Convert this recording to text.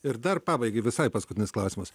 ir dar pabaigai visai paskutinis klausimas